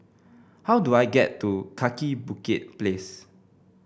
how do I get to Kaki Bukit Place